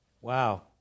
Wow